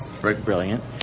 brilliant